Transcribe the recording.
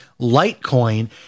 Litecoin